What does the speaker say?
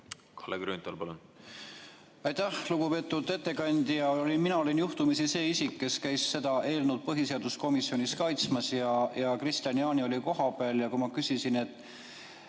Kalle Grünthal, palun! Aitäh! Lugupeetud ettekandja! Mina olin juhtumisi see isik, kes käis seda eelnõu põhiseaduskomisjonis kaitsmas, ja Kristian Jaani oli seal kohal. Ma küsisin, miks